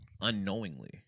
unknowingly